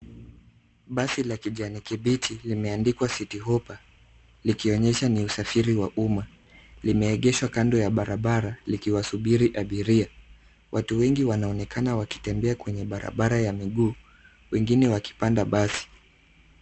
Basi la kijani kibichi limeandikwa city hoppa, likionyesha ni usafiri wa uma. Limeegeshwa kando ya barabara likiwasubiri abiria. Watu wengi wanaonekana wakitembea kwenye barabara ya miguu, wengine wakipanda basi.